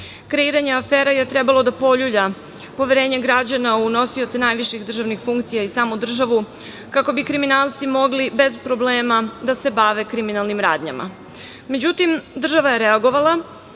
uspeti. Kreiranje afera je trebalo da poljulja poverenje građana u nosioce najviših državnih funkcija i samu državu, kako bi kriminalci mogli bez problema da se bave kriminalnim radnjama. Međutim, država je reagovala,